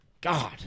God